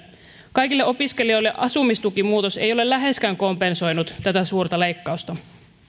kaikille opiskelijoille asumistukimuutos ei ole läheskään kompensoinut tätä suurta leikkausta